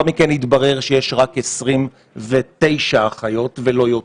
מכן התברר שיש רק 29 אחיות, לא יותר.